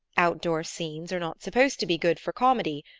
outdoor scenes are not supposed to be good for comedy.